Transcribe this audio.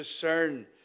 discern